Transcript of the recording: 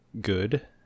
good